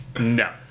No